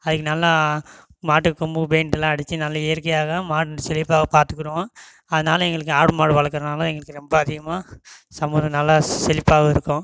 அதுக்கு நல்லா மாட்டு கொம்பு பெயிண்ட்டுலாம் அடித்து நல்லா இயற்கையாக மாடை செழிப்பாக பார்த்துக்கிருவோம் அதனால் எங்களுக்கு ஆடு மாடு வளர்க்கறதுனால் எங்களுக்கு ரொம்ப அதிகமாக சமூகம் நல்லா செழிப்பாவும் இருக்கும்